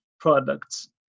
products